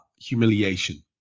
humiliation